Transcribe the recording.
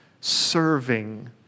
serving